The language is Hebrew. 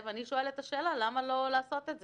ואני שואלת את השאלה למה לא לעשות את זה.